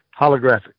Holographic